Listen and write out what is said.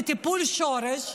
אתם לא מטפלים בטיפול שורש,